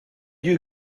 you